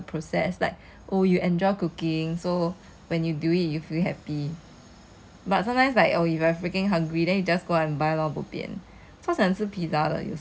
省时间 also sometimes like I guess it's not about the product lah it's not about the end product is about the process like oh you enjoy cooking so when you do it you feel happy